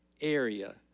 area